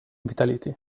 vitality